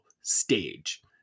stage